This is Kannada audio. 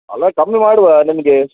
ಅಲ್ಲ ಕಮ್ಮಿ ಮಾಡುವಾ ನಿಮಗೆ